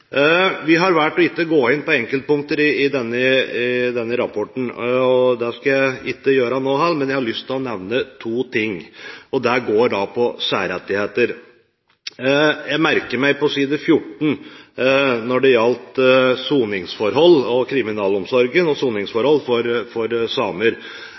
Vi har valgt ikke å gå inn på enkeltpunkter i denne rapporten. Det skal jeg heller ikke gjøre nå, men jeg har lyst til å nevne to ting, og det går på særrettigheter. Jeg merker meg side 14, om kriminalomsorgen og soningsforhold for samer. Det er merkelig at når noen forbryter seg mot norsk lov og